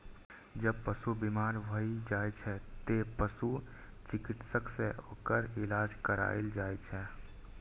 जब पशु बीमार भए जाइ छै, तें पशु चिकित्सक सं ओकर इलाज कराएल जाइ छै